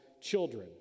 children